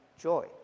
joy